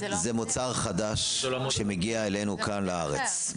זה מוצר חדש שמגיע אלינו כאן לארץ.